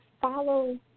follow